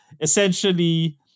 essentially